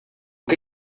que